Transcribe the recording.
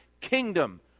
kingdom